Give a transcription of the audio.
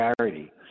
charity